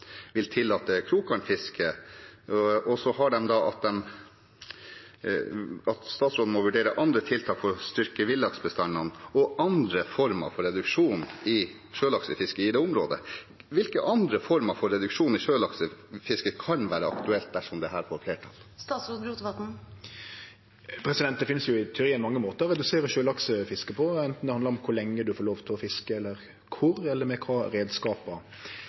vil tillate krokgarnfiske, og så sier de at statsråden må vurdere andre tiltak for å styrke villaksbestandene og andre former for reduksjon i sjølaksefiske i det området. Hvilke andre former for reduksjon i sjølaksefiske kan være aktuelt dersom dette får flertall? Det finst i teorien mange måtar å redusere sjølaksefisket på, anten det handlar om kor lenge ein får lov til å fiske, kor eller med